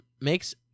Makes